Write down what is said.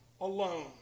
alone